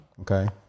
Okay